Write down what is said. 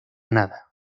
nada